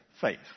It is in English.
faith